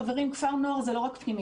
חברים, כפר נוער זה לא רק פנימייה.